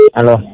Hello